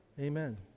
amen